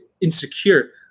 insecure